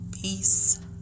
Peace